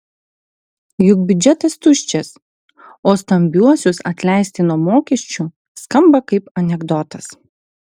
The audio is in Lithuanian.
juk biudžetas tuščias o stambiuosius atleisti nuo mokesčių skamba kaip anekdotas